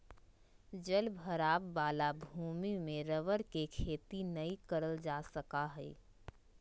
जल भराव वाला भूमि में रबर के खेती नय करल जा सका हइ